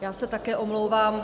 Já se také omlouvám.